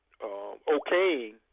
okaying